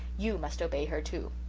you must obey her too.